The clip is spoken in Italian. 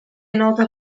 nota